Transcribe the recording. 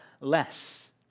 less